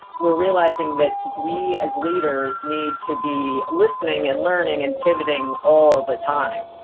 we're realizing that we as leaders need to be listening and learning and pivoting all the time.